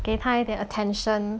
给它一点 attention